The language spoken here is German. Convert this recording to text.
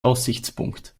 aussichtspunkt